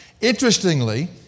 Interestingly